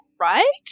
Right